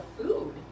food